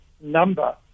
number